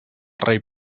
rei